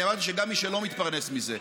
אני אמרתי שגם מי שלא מתפרנס מזה,